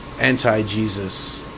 Anti-Jesus